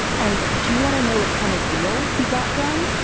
and do you want to know what kind of deal he got done?